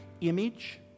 image